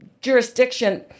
jurisdiction